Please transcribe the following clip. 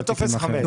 היכן שכתבנו טופס 4,